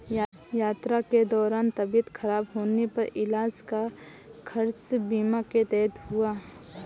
यात्रा के दौरान तबियत खराब होने पर इलाज का खर्च बीमा के तहत हुआ